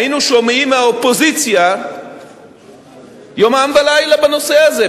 היינו שומעים מהאופוזיציה יומם ולילה בנושא הזה,